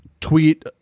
tweet